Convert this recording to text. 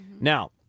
Now